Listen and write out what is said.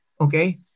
okay